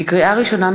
לקריאה ראשונה,